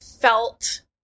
felt